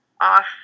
off